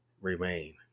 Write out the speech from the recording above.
remain